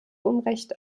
unrecht